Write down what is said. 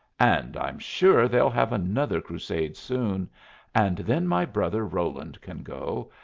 and i'm sure they'll have another crusade soon and then my brother roland can go,